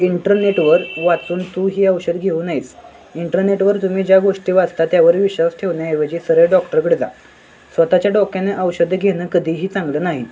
internet वर वाचून तू ही औषधं घेऊ नयेस इंटरनेटवर तुम्ही ज्या गोष्टी वाचता त्यावर विश्वास ठेवण्याऐवजी सरळ डॉक्टरकडे जा स्वतःच्या डोक्याने औषधं घेणं कधीही चांगलं नाही